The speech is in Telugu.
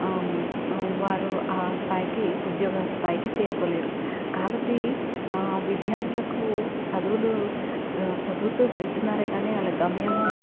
వారు ఆ స్థాయికి ఉద్యోగ స్థాయికి చేరుకోలేరు కాబట్టి విధ్యార్థులకు చదువులు చదువుతూ వెళుతున్నారే కానీ వాళ్ళ గమ్యం